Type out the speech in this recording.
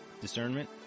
discernment